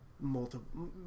multiple